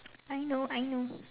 I know I know